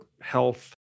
health